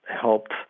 helped